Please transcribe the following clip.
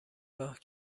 راه